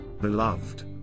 Beloved